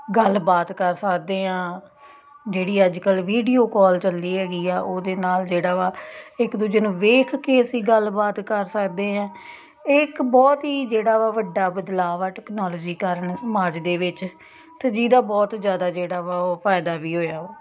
ਗੱਲਬਾਤ ਕਰ ਸਕਦੇ ਹਾਂ ਜਿਹੜੀ ਅੱਜ ਕੱਲ੍ਹ ਵੀਡੀਓ ਕੋਲ ਚੱਲੀ ਹੈਗੀ ਆ ਉਹਦੇ ਨਾਲ਼ ਜਿਹੜਾ ਵਾ ਇੱਕ ਦੂਜੇ ਨੂੰ ਵੇਖ ਕੇ ਅਸੀਂ ਗੱਲਬਾਤ ਕਰ ਸਕਦੇ ਹਾਂ ਇਹ ਇੱਕ ਬਹੁਤ ਹੀ ਜਿਹੜਾ ਵਾ ਵੱਡਾ ਬਦਲਾਵ ਆ ਟੈਕਨੋਲੋਜੀ ਕਾਰਨ ਸਮਾਜ ਦੇ ਵਿੱਚ ਅਤੇ ਜਿਹਦਾ ਬਹੁਤ ਜ਼ਿਆਦਾ ਜਿਹੜਾ ਵਾ ਉਹ ਫਾਇਦਾ ਵੀ ਹੋਇਆ